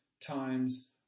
times